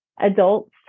adults